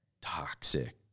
toxic